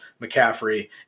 McCaffrey